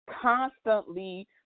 constantly